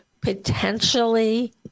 potentially